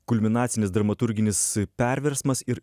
kulminacinis dramaturginis perversmas ir